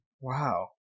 Wow